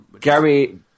Gary